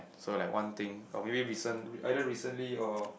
so like one thing or maybe recent either recently or